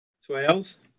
Swales